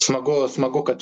smagu smagu kad